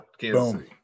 Boom